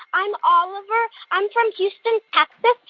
i'm oliver. i'm from houston, texas.